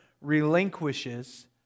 relinquishes